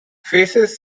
faces